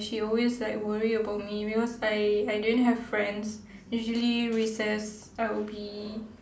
she always like worry about me because I I didn't have friends usually recess I would be